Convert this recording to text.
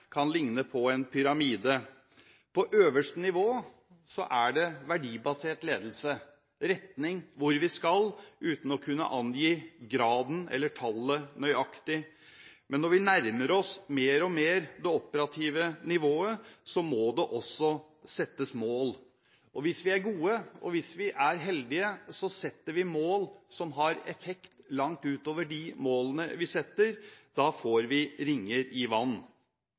kan ligne på en pyramide. På øverste nivå er det verdibasert ledelse – retning, hvor vi skal, uten å angi graden eller tallet nøyaktig. Men når vi nærmer oss mer og mer det operative nivået, må det også settes mål. Hvis vi er gode og hvis vi er heldige, setter vi mål som har effekt langt utover de målene vi setter. Da får vi ringer i vann.